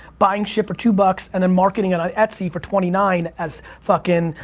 buying shit for two bucks, and then marketing it on etsy for twenty nine as fucking,